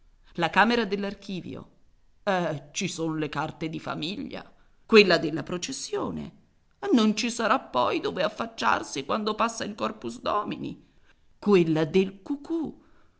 la camera dell'archivio e ci son le carte di famiglia quella della processione e non ci sarà poi dove affacciarsi quando passa il corpus domini quella del cucù